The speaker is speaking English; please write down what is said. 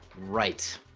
right